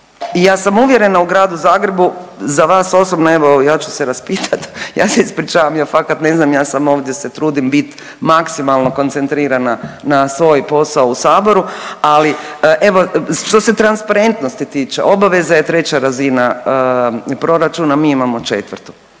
ja sam uvjerena u Gradu Zagrebu, za vas osobno evo ja ću se raspitat. Ja se ispričavam, ja fakat ne znam, ja sam ovdje se trudim bit maksimalno koncentrirana na svoj posao u saboru, ali evo što se transparentnosti tiče obaveza je treća razina proračuna, mi imamo četvrtu